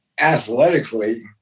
athletically